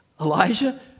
Elijah